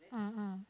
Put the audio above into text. mm mm